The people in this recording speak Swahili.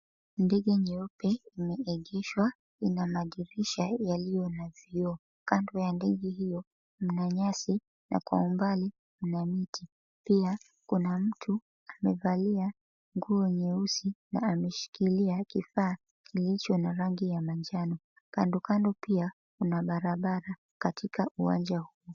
Ndege nyeupe imeegeshwa ina madirisha yaliyo na vioo kando ya ndege hiyo kuna nyasi na kwa umbali kuna miti. Pia kuna mtu amevalia nguo nyeusi na ameshikilia kifaa kilicho na rangi ya manjano. Kandokando pia kuna barabara katika uwanja huu.